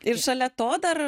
ir šalia to dar